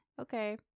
okay